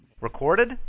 Recorded